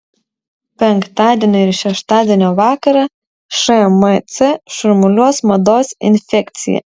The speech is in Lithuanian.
penktadienio ir šeštadienio vakarą šmc šurmuliuos mados infekcija